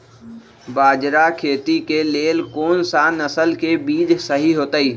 बाजरा खेती के लेल कोन सा नसल के बीज सही होतइ?